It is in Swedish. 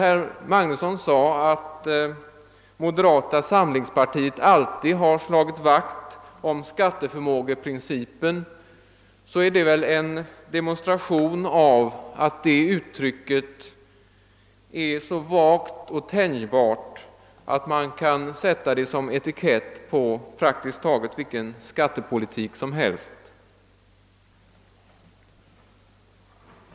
Herr Magnusson sade att moderata samlingspartiet alltid har slagit vakt om skatteförmågeprincipen. Det är väl en demonstration av att det uttrycket är så vagt och tänjbart att man kan sätta det som etikett på praktiskt taget vilken skattepolitik som helst.